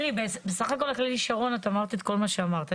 בסך הכל הכללי שרון את אמרת את כל מה שאמרתי.